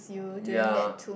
ya